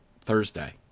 Thursday